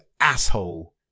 asshole